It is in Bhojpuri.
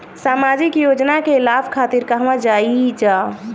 सामाजिक योजना के लाभ खातिर कहवा जाई जा?